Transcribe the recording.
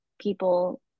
people